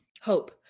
hope